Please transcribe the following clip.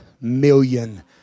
million